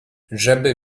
żeby